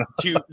two